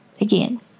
again